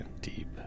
deep